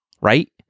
right